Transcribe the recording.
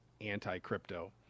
anti-crypto